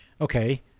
okay